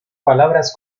palabras